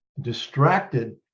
distracted